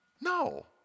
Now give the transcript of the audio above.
No